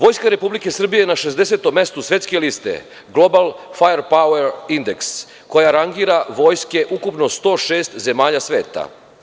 Vojska Republike Srbije je na 60 mestu svetske liste „global fajer pauer indeks“ koja rangira vojske ukupno 106 zemalja sveta.